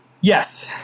Yes